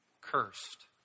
cursed